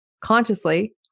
consciously